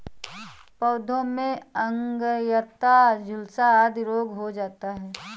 पौधों में अंगैयता, झुलसा आदि रोग हो जाता है